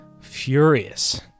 furious